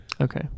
Okay